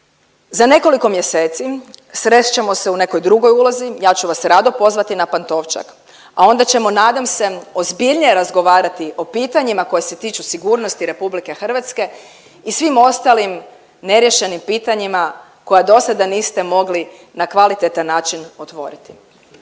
Za nekoliko mjeseci srest ćemo se u nekoj drugoj ulozi. Ja ću vas rado pozvati na Pantovčak, a onda ćemo nadam se ozbiljnije razgovarati o pitanjima koja se tiču sigurnosti Republike Hrvatske i svim ostalim neriješenim pitanjima koja do sada niste mogli na kvalitetan način otvoriti.